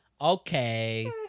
okay